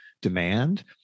demand